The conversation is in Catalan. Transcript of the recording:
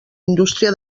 indústria